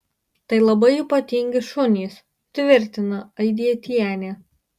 tai labai ypatingi šunys tvirtina aidietienė